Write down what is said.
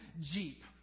Jeep